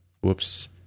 Whoops